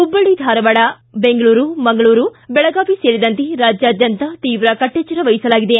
ಹುಬ್ಲಳ್ಳಿ ಧಾರವಾಡ ಬೆಂಗಳೂರು ಮಂಗಳೂರು ಬೆಳಗಾವಿ ಸೇರಿದಂತೆ ರಾಜ್ಯಾದ್ಯಂತ ತೀವ್ರ ಕಟ್ಸೆಚ್ವರ ವಹಿಸಲಾಗಿದೆ